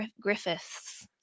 Griffiths